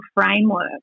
Framework